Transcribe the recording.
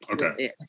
Okay